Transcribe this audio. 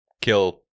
kill